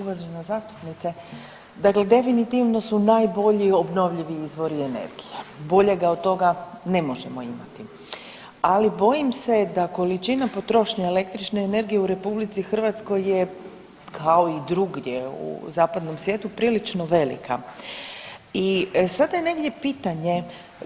Uvažena zastupnice, dakle definitivno su najbolji obnovljivi izvori energije, boljega od toga ne možemo imati, ali bojim se da količina potrošnje električne energije u RH je kao i drugdje u zapadnom svijetu prilično velika i sada je negdje pitanje